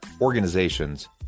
organizations